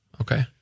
Okay